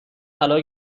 طلا